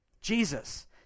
Jesus